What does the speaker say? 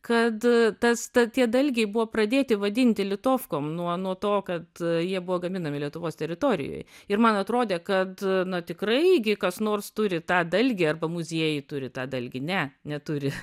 kad tas ta tie dalgiai buvo pradėti vadinti litovkom nuo nuo to kad jie buvo gaminami lietuvos teritorijoj ir man atrodė kad na tikrai gi kas nors turi tą dalgį arba muziejai turi tą dalgį ne neturi